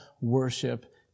worship